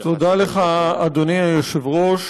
תודה לך, אדוני היושב-ראש,